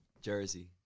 Jersey